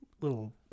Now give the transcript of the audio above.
little